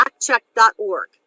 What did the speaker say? factcheck.org